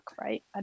right